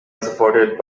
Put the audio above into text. unsupported